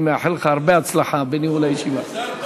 אני מאחל לך הרבה הצלחה בניהול הישיבה.